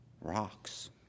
rocks